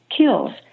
kills